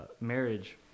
marriage